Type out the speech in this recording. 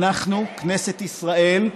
אנחנו, כנסת ישראל,